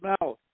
mouth